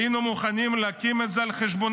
היינו מוכנים להקים את זה על חשבוננו.